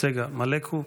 צגה מלקו.